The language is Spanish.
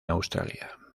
australia